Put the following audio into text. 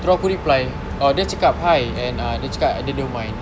terus aku reply oh dia cakap hi and uh dia cakap dia don't mind